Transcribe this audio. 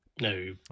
no